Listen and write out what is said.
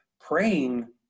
praying